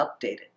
updated